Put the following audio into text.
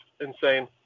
insane